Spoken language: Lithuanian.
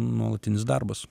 nuolatinis darbas